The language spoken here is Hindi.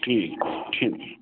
ठीक ठीक